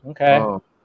Okay